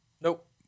Nope